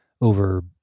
over